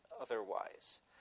otherwise